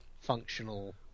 functional